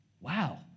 Wow